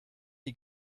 die